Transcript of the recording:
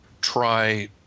try